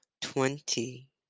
Twenty